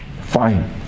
fine